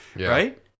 right